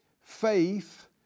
faith